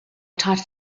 taught